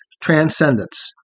transcendence